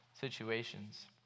situations